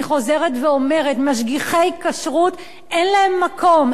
אני חוזרת ואומרת: משגיחי כשרות אין להם מקום,